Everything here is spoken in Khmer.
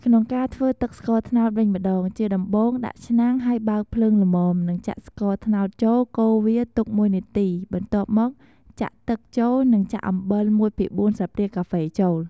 ក្នុងការធ្វើទឹកស្ករត្នោតវិញម្តងជាដំបូងដាក់ឆ្នាំងហើយបើកភ្លើងល្មមនិងចាក់ស្ករត្នោតចូលកូរវាទុកមួយនាទីបន្ទាប់មកចាក់ទឹកចូលនិងចាក់អំបិលមួយភាគបួនស្លាបព្រាកាហ្វចូល ។